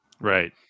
Right